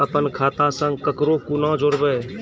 अपन खाता संग ककरो कूना जोडवै?